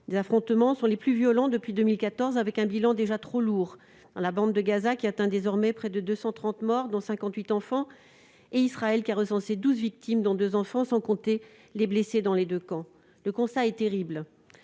Ces affrontements sont les plus violents depuis 2014, avec un bilan déjà trop lourd, tant dans la bande de Gaza, qui atteint désormais près de 230 morts, dont 58 enfants, qu'en Israël, qui a recensé 12 victimes, dont 2 enfants, sans compter les blessés dans les deux camps. Le constat est terrible.